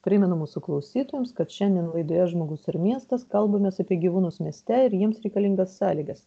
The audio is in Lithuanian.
primenu mūsų klausytojams kad šiandien laidoje žmogus ir miestas kalbamės apie gyvūnus mieste ir jiems reikalingas sąlygas